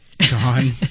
John